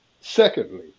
Secondly